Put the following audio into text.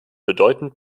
bedeutend